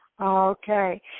Okay